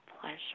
pleasure